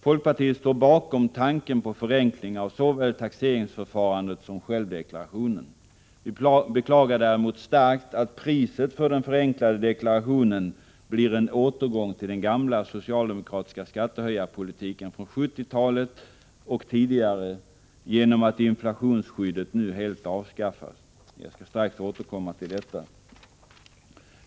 Folkpartiet står bakom tanken på förenkling av såväl taxeringsförfarandet som självdeklarationen. Vi beklagar däremot starkt att priset för den förenklade deklarationen blir en återgång till den gamla socialdemokratiska skattehöjarpolitiken från 1970-talet och tidigare genom att inflationsskyddet nu helt avskaffas. Jag skall strax återkomma till detta.